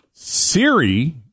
Siri